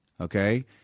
Okay